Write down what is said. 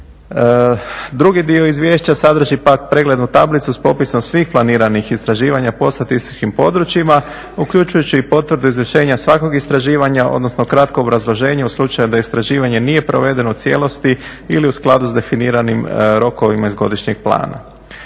Drugi dio izvješća sadrži pak preglednu tablicu s popisom svih planiranih istraživanja po statističkim područjima, uključujući i potvrde … svakog istraživanja, odnosno kratko obrazloženje u slučaju da istraživanje nije provedeno u cijelosti ili u skladu s definiranim rokovima iz godišnjeg plana.